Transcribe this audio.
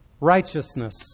Righteousness